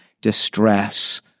distress